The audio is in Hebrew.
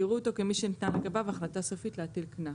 יראו אותו כמי שניתנה לגביו החלטה סופית להטיל קנס".